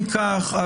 אם כך,